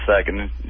second